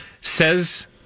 Says